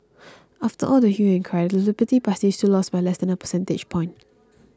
after all the hue and cry the liberal party still lost by less than a percentage point